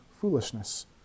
foolishness